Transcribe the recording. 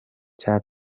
cya